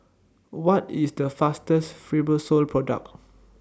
What IS The faster Fibrosol Product